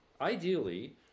ideally